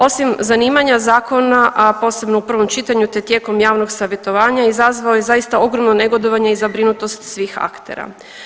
Osim zanimanja zakona, a posebno u prvom čitanju te tijekom javnog savjetovanja izazvao je zaista ogromno negodovanje i zabrinutost svih aktera.